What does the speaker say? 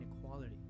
inequality